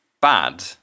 bad